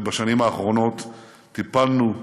הרי בשנים האחרונות טיפלנו,